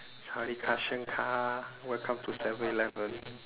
sawasdeekha chankha welcome to seven eleven